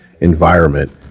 environment